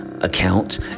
account